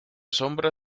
sombra